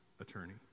attorney